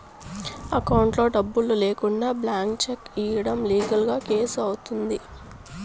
అకౌంట్లో డబ్బులు లేకుండా బ్లాంక్ చెక్ ఇయ్యడం లీగల్ గా కేసు అవుతుంది